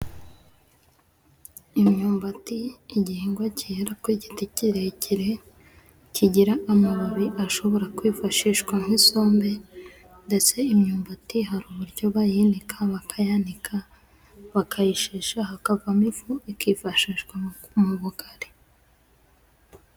Imyumbati igihingwa kera ku giti kirekire, kigira amababi ashobora kwifashishwa nk'isombe ndetse imyumbati hari uburyo bayinika, bakayanika bakayishesha, hakavamo ifu ikifashishwa mu bugari.